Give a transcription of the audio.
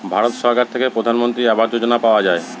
ভারত সরকার থেকে প্রধানমন্ত্রী আবাস যোজনা পাওয়া যায়